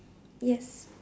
yes